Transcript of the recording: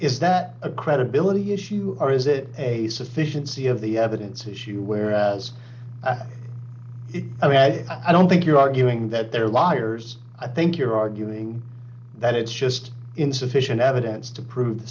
is that a credibility issue or is it a sufficiency of the evidence issue whereas i mean i don't think you're arguing that they're liars i think you're arguing that it's just insufficient evidence to prove